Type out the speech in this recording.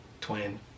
twin